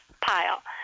pile